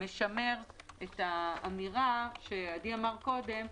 משמר את האמירה שעדי אמר קודם,